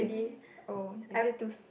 oh is it too